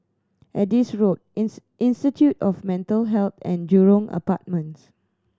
Adis Road Institute of Mental Health and Jurong Apartments